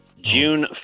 June